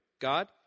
God